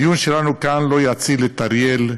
הדיון שלנו כאן לא יציל את אריאל,